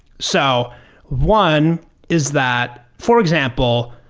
so one is that for example,